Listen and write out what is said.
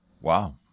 Wow